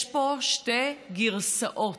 יש פה שתי גרסאות.